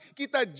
kita